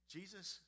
Jesus